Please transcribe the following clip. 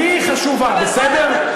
לי היא חשובה, בסדר?